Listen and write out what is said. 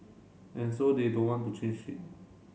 and so they don't want to change it